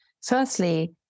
Firstly